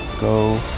go